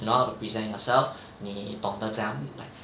you know present yourself 你懂得怎样